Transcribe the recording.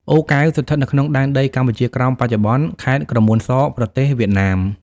អូរកែវ ស្ថិតនៅក្នុងដែនដីកម្ពុជាក្រោមបច្ចុប្បន្ន ខេត្តក្រមួនស ប្រទេសវៀតណាម។